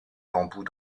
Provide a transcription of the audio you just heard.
bambou